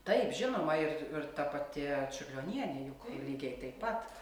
taip žinoma ir ir ta pati čiurlionienė juk lygiai taip pat